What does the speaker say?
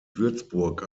würzburg